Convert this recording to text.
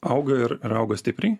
auga ir ir auga stipriai